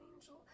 angel